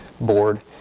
board